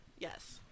Yes